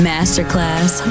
Masterclass